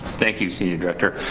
thank you senior director.